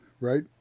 right